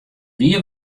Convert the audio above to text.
wie